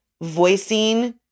voicing